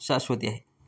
शाश्वती आहे